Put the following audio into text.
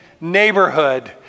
neighborhood